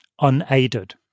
Unaided